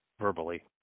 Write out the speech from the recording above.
verbally